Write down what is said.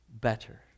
better